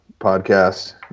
podcast